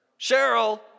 Cheryl